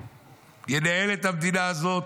ינהל את המדינה הזאת.